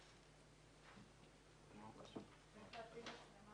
סמנכ"ל